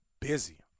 busy